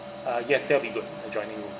uh yes that will be good adjoining room